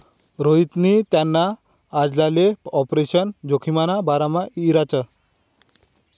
रोहितनी त्याना आजलाले आपरेशन जोखिमना बारामा इचारं